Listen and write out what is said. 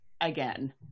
again